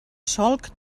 solc